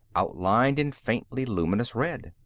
outlined in faintly luminous red.